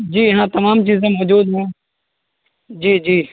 جی ہاں تمام چیزیں موجود ہیں جی جی